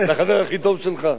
לחבר הכי טוב שלך?